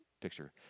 picture